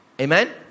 Amen